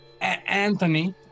Anthony